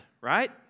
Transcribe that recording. Right